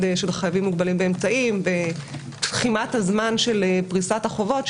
של חייבים מוגבלים באמצעים בתחימת הזמן של פריסת החובות,